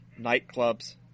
nightclubs